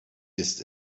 ist